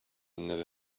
never